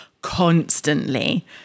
constantly